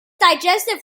digestive